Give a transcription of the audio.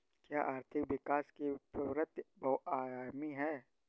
क्या आर्थिक विकास की प्रवृति बहुआयामी है?